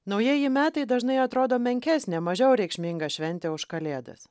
naujieji metai dažnai atrodo menkesnė mažiau reikšminga šventė už kalėdas